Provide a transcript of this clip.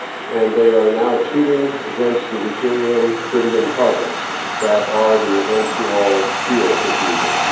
and they are now shooting against the deuterium-tritium targets that are the eventual fuel for fusion.